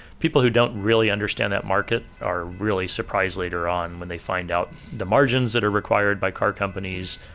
people who don't really understand that market are really surprised later on when they find out the margins that are required by car companies,